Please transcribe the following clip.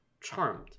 charmed